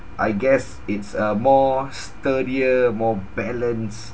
I guess it's a more sturdier more balanced